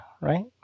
right